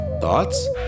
Thoughts